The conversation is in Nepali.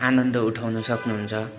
आनन्द उठाउन सक्नुहुन्छ